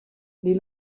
les